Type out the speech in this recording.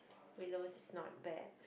Willows is not bad